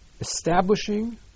establishing